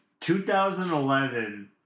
2011